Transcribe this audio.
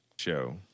show